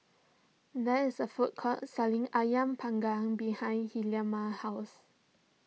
there is a food court selling Ayam Panggang behind Hilma's house